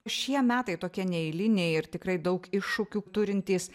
šie metai tokie neeiliniai ir tikrai daug iššūkių turintys